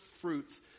fruits